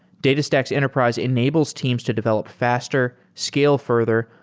datastax enterprise enables teams to develop faster, scale further,